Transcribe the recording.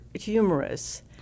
humorous